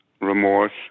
remorse